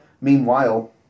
meanwhile